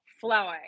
flowing